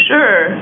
Sure